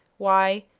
why,